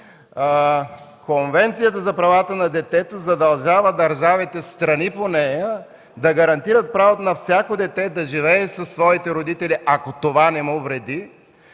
Конвенцията за правата на детето задължава държавите – страни по нея, да гарантират правото на всяко дете да живее със своите родители, ако това не му вреди.